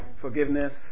Forgiveness